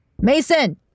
Mason